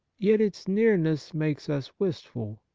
yet its nearness makes us wistful.